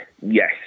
Yes